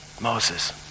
Moses